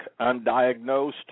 undiagnosed